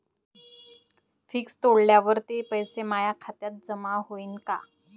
Fix तोडल्यावर ते पैसे माया खात्यात जमा होईनं का?